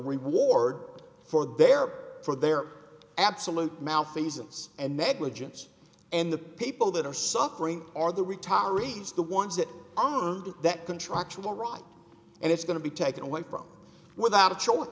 reward for their for their absolute malfeasance and negligence and the people that are suffering are the retirees the ones that are that contractual right and it's going to be taken away from without a cho